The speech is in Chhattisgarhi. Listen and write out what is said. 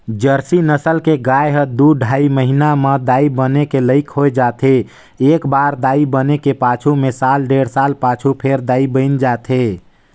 जरसी नसल के गाय ह दू ढ़ाई महिना म दाई बने के लइक हो जाथे, एकबार दाई बने के पाछू में साल डेढ़ साल पाछू फेर दाई बइन जाथे